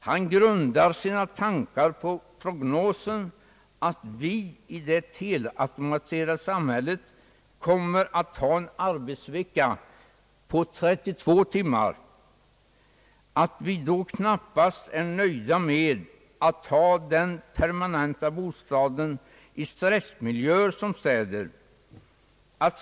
Han grundar sina tankar på en prognos att vi i det helautomatiserade samhället kommer att ha en arbetsvecka på 32 timmar och att vi då knappast är nöjda med att ha den permanenta bostaden i stressmiljöer som städer.